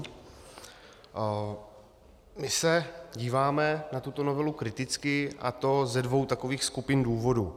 My se díváme na tuto novelu kriticky, a to ze dvou takových skupin důvodů.